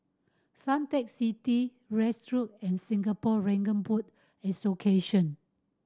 Suntec City Road and Singapore Dragon Boat Association